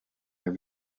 her